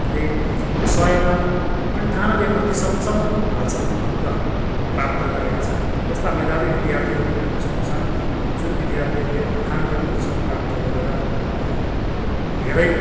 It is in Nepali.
ले सयमा अन्ठानब्बे प्रतिशतसम्म हालसम्म अङ्क प्राप्त गरेका छन् यस्ता मेधावी विद्यार्थीहरू पनि हामीसँग छन् जुन विद्यार्थीहरूले अन्ठानब्बे प्रतिशत प्राप्त गरेर धेरै